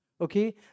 Okay